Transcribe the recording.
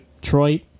Detroit